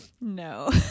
No